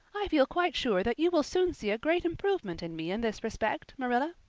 i feel quite sure that you will soon see a great improvement in me in this respect, marilla.